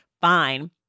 fine